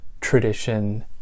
tradition